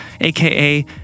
aka